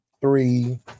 three